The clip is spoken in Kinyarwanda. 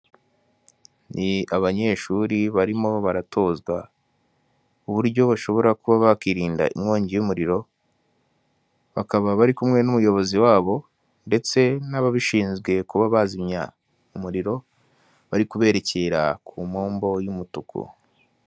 Aba rero urabona ko bambaye amakarita ndetse n'imyenda, bisa n'aho hari inama bari bitabiriye yiga ku bibazo runaka biba byugarije abaturage cyangwa biba byugarije igihugu, biterwa n'ingingo nyamukuru ihari.